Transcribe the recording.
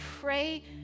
pray